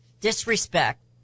disrespect